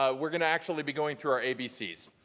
ah we're gonna actually be going through our abcs.